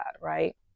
right